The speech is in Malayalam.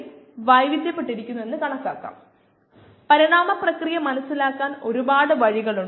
xv0 xv ക്ഷമിക്കണം xvxv0 0